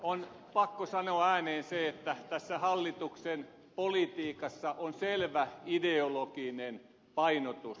on pakko sanoa ääneen se että tässä hallituksen politiikassa on selvä ideologinen painotus